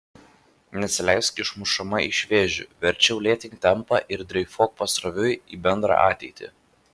nesileisk išmušama iš vėžių verčiau lėtink tempą ir dreifuok pasroviui į bendrą ateitį